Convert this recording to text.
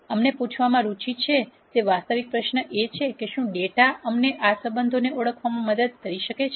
અમને પૂછવામાં રુચિ છે તે વાસ્તવિક પ્રશ્ન એ છે કે શું ડેટા અમને આ સંબંધોને ઓળખવામાં મદદ કરી શકે છે